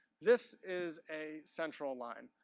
this is a central line.